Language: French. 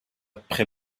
pre